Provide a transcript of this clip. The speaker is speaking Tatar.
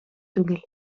түгел